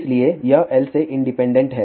इसलिए यह L से इंडिपेंडेंट है